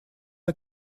был